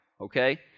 okay